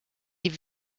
die